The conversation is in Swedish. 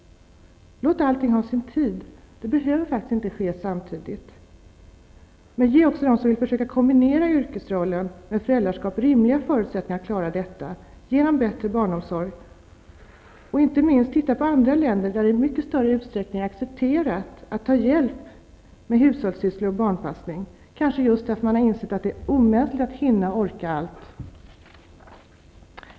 Låt allting ha sin tid, det behöver faktiskt inte ske samtidigt. Men ge också dem som vill försöka kombinera yrkesrollen med föräldraskap rimliga förutsättningar att klara detta, genom en bättre barnomsorg! Se inte minst på andra länder, där det i mycket större utsträckning är accepterat att ta hjälp med hushållssysslor och barnpassning, kanske just därför att man insett det omänskliga i kraven på att hinna och orka allt.